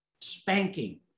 spanking